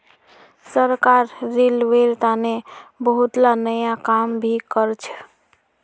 सरकार रेलवेर तने बहुतला नया काम भी करछ